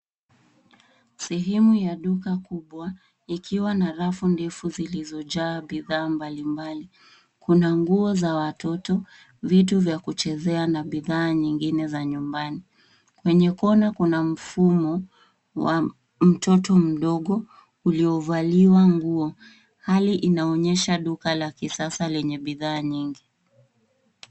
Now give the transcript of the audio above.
Sehemu ya duka kubwa, ikiwa na rafu ndefu zilizojaa bidhaa mbalimbali. Kuna nguo za watoto, vitu vya kuchezea na bidhaa nyingine za nyumbani. Kwenye kona kuna mfumo wa mtoto mdogo uliovaliwa nguo. Hali inaonyesha duka la kisasa lenye bidhaa nyingi.